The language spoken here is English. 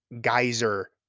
geyser